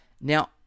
Now